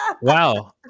Wow